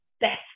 best